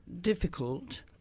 difficult